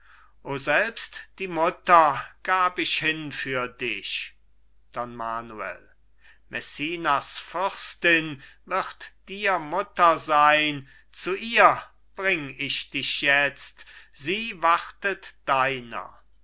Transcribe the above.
o selbst die mutter gab ich hin für dich don manuel messinas fürstin wird dir mutter sein zu ihr bring ich dich jetzt sie wartet deiner